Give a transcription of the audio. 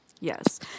Yes